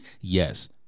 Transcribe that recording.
Yes